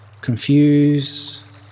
confuse